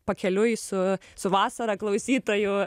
pakeliui su su vasara klausytojų